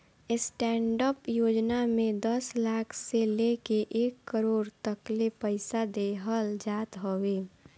stand up योजना में दस लाख से लेके एक करोड़ तकले पईसा देहल जात हवे